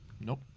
Nope